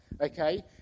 okay